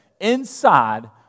inside